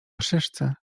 szyszce